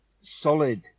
solid